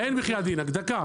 אין בחיאת דינכ, דקה.